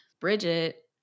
Bridget